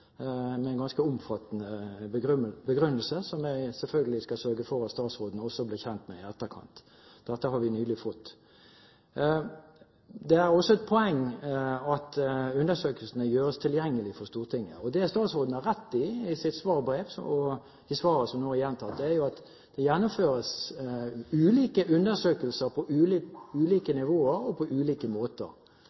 med en ganske omfattende begrunnelse, som jeg selvfølgelig skal sørge for at statsråden blir kjent med i etterkant. Denne har vi nylig fått. Det er også et poeng at undersøkelsene gjøres tilgjengelig for Stortinget. Det statsråden har rett i, i sitt svarbrev og i svaret som nå er gjentatt, er at det gjennomføres ulike undersøkelser på ulike nivåer og på ulike måter.